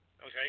okay